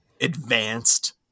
advanced